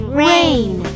rain